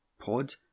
pod